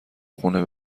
خونه